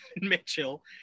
Mitchell